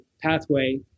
pathway